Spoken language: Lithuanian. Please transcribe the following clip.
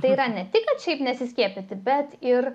tai yra ne tik kad šiaip nesiskiepyti bet ir